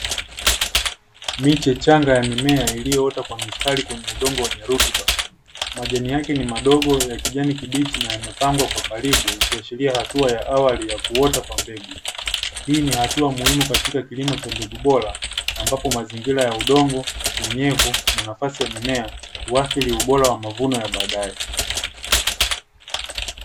Miche changa ya mimea iliyoota kwa mstari kwenye udongo wenye rutuba, majani yake ni madogo ya kijani kibichi na yamepangwa kwa karibu ikiashiria hatua ya awali ya kuota kwa mbegu. Hii ni hatua muhimu katika kilimo cha mbegu bora, ambapo mazingira ya udongo, unyevu na nafasi ya mimea, huathiri ubora wa mavuno ya baadaye.